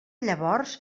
llavors